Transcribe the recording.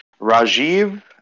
Rajiv